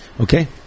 Okay